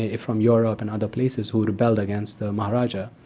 ah from europe and other places, who had rebelled against the maharajah.